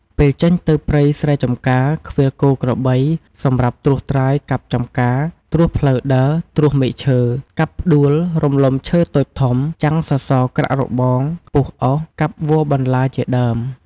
ពេលចេញទៅព្រៃស្រែចម្ការ ឃ្វាលគោក្របី សម្រាប់ត្រួសត្រាយកាប់ចម្ការ គ្រួសផ្លូវដើរ ត្រួសមែកឈើ កាប់ផ្ដួលរលំឈើតូចធំ ចាំងសសរក្រាក់របង ពុះអុស កាប់វល្លិ៍បន្ទា ជាដើម ។